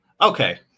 Okay